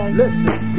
listen